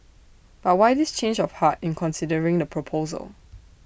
but why this change of heart in considering the proposal